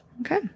Okay